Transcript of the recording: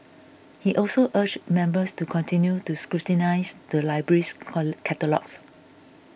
he also urged members to continue to scrutinise the library's catalogues